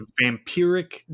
vampiric